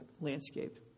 landscape